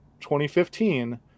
2015